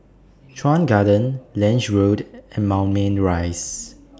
Chuan Garden Lange Road and Moulmein Rise